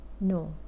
no